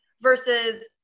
versus